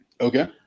Okay